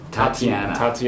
Tatiana